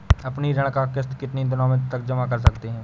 अपनी ऋण का किश्त कितनी दिनों तक जमा कर सकते हैं?